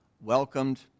welcomed